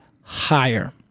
higher